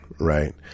right